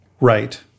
Right